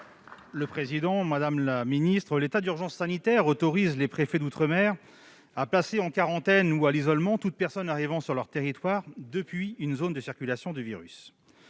chargée de l'autonomie, l'état d'urgence sanitaire autorise les préfets d'outre-mer à placer en quarantaine ou à l'isolement toute personne arrivant sur leur territoire depuis une zone de circulation du virus.